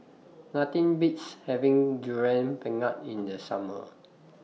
Nothing Beats having Durian Pengat in The Summer